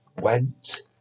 went